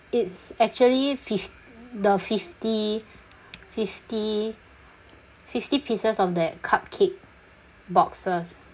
it's actually fif~ the fifty fifty fifty pieces of that cupcake boxes